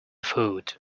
food